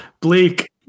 bleak